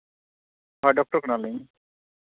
ᱟᱨ doctor ᱠᱟᱱᱟᱞᱤᱧ